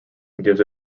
gives